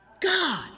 God